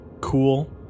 Cool